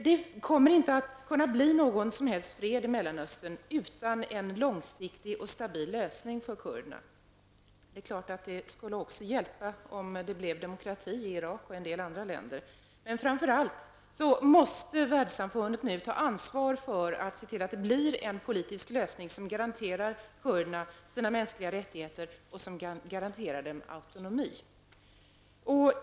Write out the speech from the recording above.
Det kommer inte att kunna skapas någon fred i Mellanöstern utan en långsiktig och stabil lösning för kurderna. Det skulle hjälpa om det blev demokrati i Irak och en del andra länder. Framför allt måste världssamfundet ta ansvar för att det blir en politisk lösning som garanterar kurderna mänskliga rättigheter och autonomi.